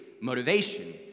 motivation